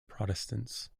protestants